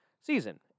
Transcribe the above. season